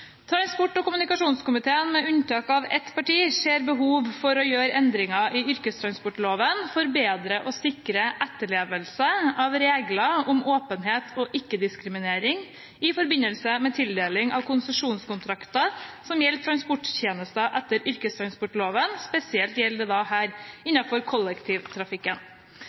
Transport- og kommunikasjonskomiteen, med unntak av ett parti, ser behov for å gjøre endringer i yrkestransportloven for bedre å sikre etterlevelse av regler om åpenhet og ikke-diskriminering i forbindelse med tildeling av konsesjonskontrakter som gjelder transporttjenester etter yrkestransportloven. Spesielt gjelder dette innenfor kollektivtrafikken.